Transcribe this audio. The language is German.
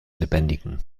lebendigen